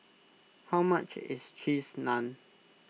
how much is Cheese Naan